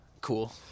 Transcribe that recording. Cool